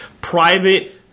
private